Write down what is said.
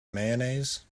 mayonnaise